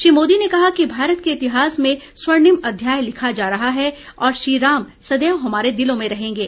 श्री मोदी ने कहा कि भारत के इतिहास में स्वर्णिम अध्याय लिखा जा रहा है और श्रीराम सदैव हमारे दिलों में रहेंगे